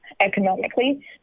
Economically